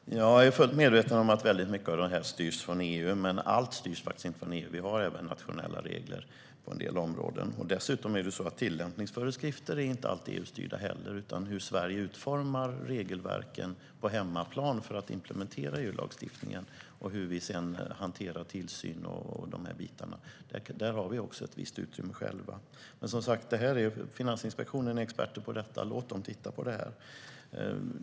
Herr talman! Jag är fullt medveten om att det är väldigt mycket som styrs från EU, men allt styrs inte därifrån. Vi har även nationella regler på en del områden. Dessutom är tillämpningsföreskrifter inte alltid EU-styrda. När det gäller hur Sverige utformar regelverken på hemmaplan för att implementera EU-lagstiftningen och hur vi sedan hanterar tillsyn har vi ett visst utrymme själva. Men, som sagt, Finansinspektionen är experter på detta. Låt den titta på det här.